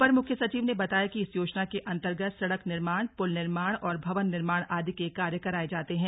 अपर मुख्य सचिव ने बताया कि इस योजना के अन्तर्गत सड़क निर्माण पुल निर्माण और भवन निर्माण आदि के कार्य कराये जाते हैं